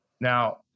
Now